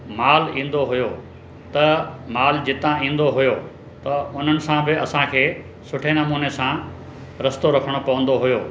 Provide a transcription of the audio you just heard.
माल ईंदो हुओ त माल जिता ईंदो हुओ त उन्हनि सां बि असांखे सुठे नमूने सां रिश्तो रखिणो पवंदो हुओ